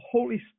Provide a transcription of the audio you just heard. Holy